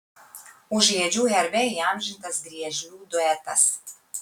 užliedžių herbe įamžintas griežlių duetas